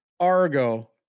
Argo